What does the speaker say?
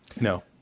no